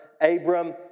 Abram